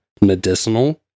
medicinal